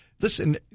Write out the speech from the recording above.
listen